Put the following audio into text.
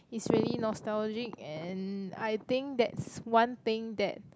is really nostalgic and I think that's one thing that